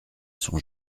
son